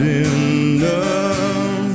enough